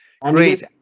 Great